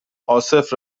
عاصف